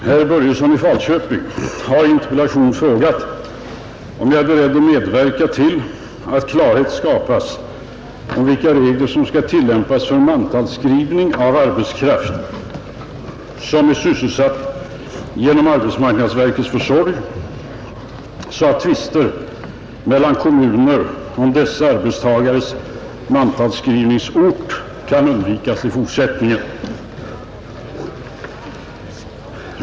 Herr Börjesson i Falköping har i en interpellation frågat mig om jag är beredd att medverka till att klarhet skapas om vilka regler som skall tillämpas för mantalsskrivning av arbetskraft, som är sysselsatt genom arbetsmarknadsverkets försorg, så att tvister mellan kommuner om dessa arbetstagares rätta mantalsskrivningsort kan undvikas i fortsättningen.